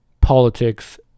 politics